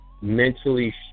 mentally